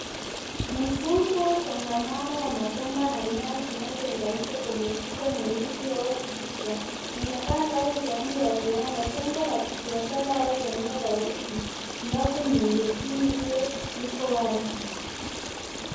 Mfumo changamano wa mabomba na nyaya zinazounganishwa kwenye ukuta mweusi au giza, inaonekana kama sehemu za viwanda, jengo la kibiashara au eneo la huduma ambapo miundo mbinu hiyo iko wazi.